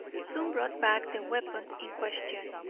soon brought back the weapon in question.